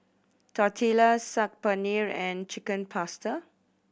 Tortillas Saag Paneer and Chicken Pasta